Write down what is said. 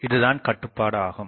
இதுதான் கட்டுபாடு ஆகும்